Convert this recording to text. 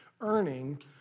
earning